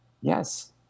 yes